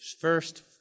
first